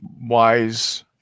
Wise